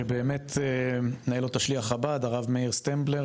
שבאמת מנהל אותה שליח חב"ד הרב מאיר סטמבלר